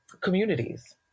communities